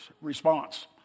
response